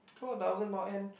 to a thousand more end